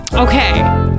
okay